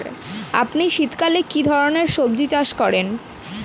আপনি শীতকালে কী ধরনের সবজী চাষ করেন?